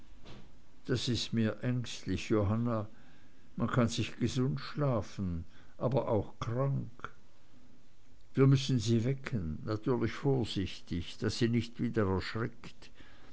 das ist mir ängstlich johanna man kann sich gesund schlafen aber auch krank wir müssen sie wecken natürlich vorsichtig daß sie nicht wieder erschrickt